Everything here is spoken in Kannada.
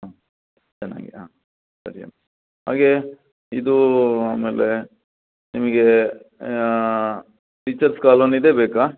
ಹಾಂ ಚೆನ್ನಾಗಿ ಹಾಂ ಸರಿ ಅಮ್ಮ ಹಾಗೇ ಇದು ಆಮೇಲೆ ನಿಮಗೆ ಟೀಚರ್ಸ್ ಕಾಲೋನಿದೇ ಬೇಕಾ